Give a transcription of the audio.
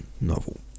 novel